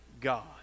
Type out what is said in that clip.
God